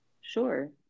sure